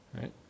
right